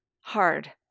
hard